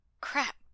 Crap